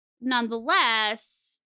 nonetheless